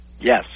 Yes